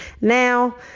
Now